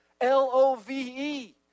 L-O-V-E